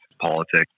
politics